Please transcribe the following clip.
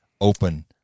open